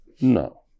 No